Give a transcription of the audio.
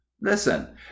Listen